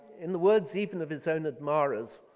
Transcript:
in the words even of his own admirers,